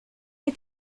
est